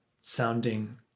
sounding